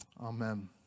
Amen